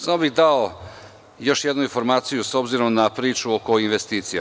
Samo bih dao još jednu informaciju, s obzirom na priču oko investicija.